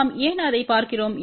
நாம் ஏன் அதைப் பார்க்கிறோம்